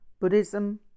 Buddhism